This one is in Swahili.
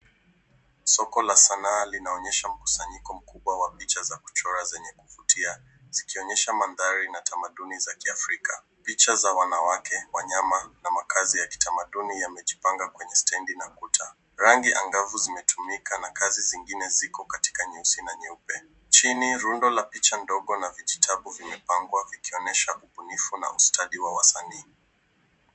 Soko la sanaa linaonyesha mkusanyiko mkubwa wa picha za kuchora zenye kuvutia zikionyesha mandhari na tamaduni za kiafrika. Picha za wanawake, wanyama na makaazi ya kitamaduni yamejipanga kwenye stendi na kuta. Rangi angavu zimetumika na kazi zingine ziko katika nyeusi na nyeupe. Chini rundo la picha ndogo na vijitabu vimepangwa vikionyesha ubunifu na ustadi wa wasanii.